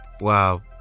wow